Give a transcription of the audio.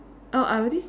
err I already